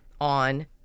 on